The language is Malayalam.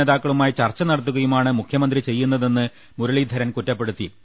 പി നേതാക്കളുമായി ചർച്ചനടത്തുകയുമാണ് മുഖ്യമന്ത്രി ചെയ്യുന്ന തെന്ന് മുരളീധരൻ കുറ്റപ്പെടുത്തി